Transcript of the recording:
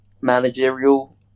managerial